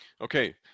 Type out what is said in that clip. okay